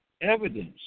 evidence